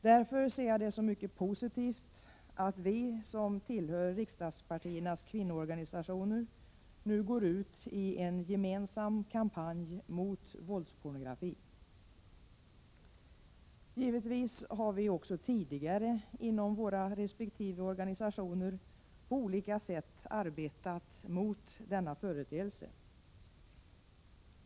Därför ser jag det som mycket positivt att vi som tillhör riksdagspartiernas kvinnoorganisationer nu går ut i en gemensam kampanj mot våldspornografi. Givetvis har vi också tidigare inom våra organisationer på olika sätt arbetat mot denna företeelse.